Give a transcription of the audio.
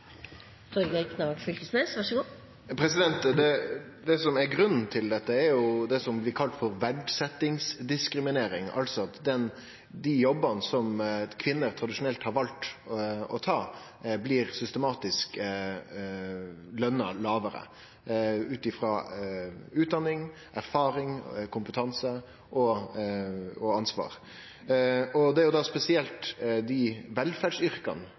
Det som er grunnen til dette, er det som blir kalla for verdsetjingsdiskriminering. Dei jobbane som kvinner tradisjonelt har valt å ta, blir systematisk lågare lønte ut frå utdanning, erfaring, kompetanse og ansvar. Det er